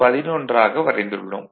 11 ஆக வரைந்துள்ளோம்